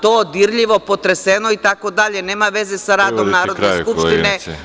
To dirljivo, potreseno, itd, nema veze sa radom Narodne skupštine.